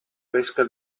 pesca